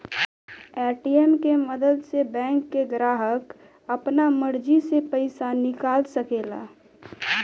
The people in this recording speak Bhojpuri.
ए.टी.एम के मदद से बैंक के ग्राहक आपना मर्जी से पइसा निकाल सकेला